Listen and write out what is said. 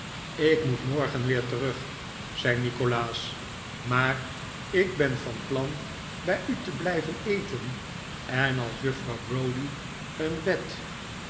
ik moet morgen weer terug zei nikolaas maar ik ben van plan bij u te blijven eten en als juffrouw browdie een bed